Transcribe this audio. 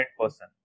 person